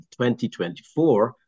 2024